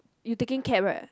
you taking cab right